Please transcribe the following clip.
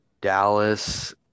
Dallas